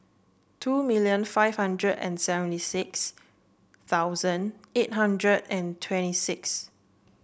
two million five hundred and seventy six thousand eight hundred and twenty six